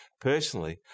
Personally